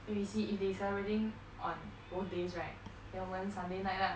then we see if they celebrating on both days right then 我们 sunday night lah